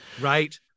Right